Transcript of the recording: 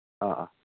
ꯑꯥ